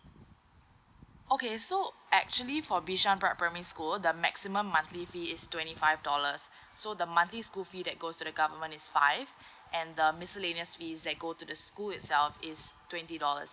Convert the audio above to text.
okay so actually for bishan pri~ primary school the maximum monthly fee is twenty five dollars so the monthly school fee that goes to the government is five and the miscellaneous fees that go to the school itself is twenty dollars